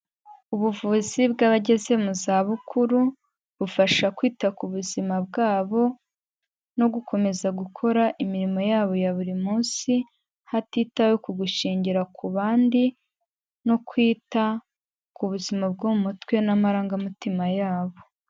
Ubuvuzi bw'abageze mu zabukuru bufasha kwita ku buzima bwabo no gukomeza gukora imirimo yabo ya buri munsi, hatitawe ku gushingira ku bandi no kwita ku buzima bwo mu mutwe n'amarangamutima yabo.